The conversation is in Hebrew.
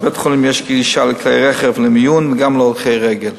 לבית-החולים יש גישה לכלי רכב למיון וגם להולכי רגל.